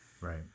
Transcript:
right